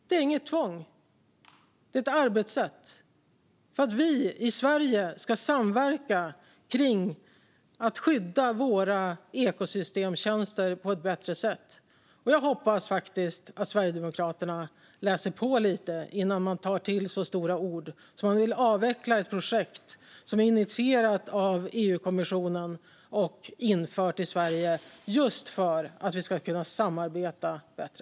Det är ett arbetssätt för att vi i Sverige ska samverka kring att skydda våra ekosystemtjänster på ett bättre sätt. Jag hoppas att Sverigedemokraterna läser på lite mer nästa gång innan man tar till så stora ord att man vill avveckla ett projekt som är initierat av EU-kommissionen och infört i Sverige just för att vi ska kunna samarbeta bättre.